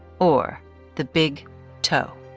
or the big toe.